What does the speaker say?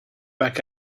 back